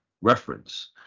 reference